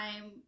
time